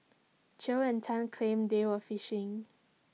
chew and Tan claimed they were fishing